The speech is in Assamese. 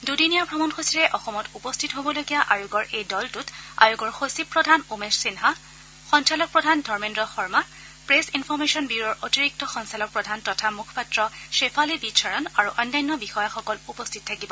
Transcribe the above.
দুদিনীয়া অমণসূচীৰে অসমত উপস্থিত হ'বলগীয়া আয়োগৰ এই দলটোত আয়োগৰ সচিব প্ৰধান উমেশ সিনহা সঞ্চালক প্ৰধান Dharmendra Sharma press information bureau অতিৰিক্ত সঞ্চালক প্ৰধান তথা মুখপাত্ৰ শেফালী বি চৰণ আৰু অন্যান্য বিষয়াসকল উপস্থিত থাকিব